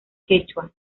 quechua